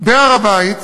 בהר-הבית,